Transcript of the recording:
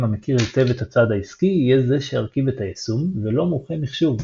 המכיר היטב את הצד העסקי יהיה זה שירכיב את היישום ולא מומחה מחשוב.